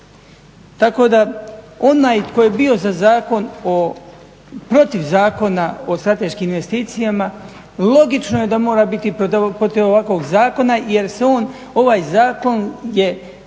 Tako da onaj tko je bio protiv Zakona o strateškim investicijama logično je da mora biti protiv ovakvog zakona jer se on, ovaj zakon